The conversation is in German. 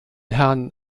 herrn